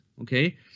okay